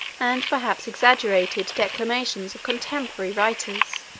and perhaps exaggerated, declamations of contemporary writers.